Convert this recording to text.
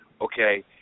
Okay